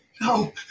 no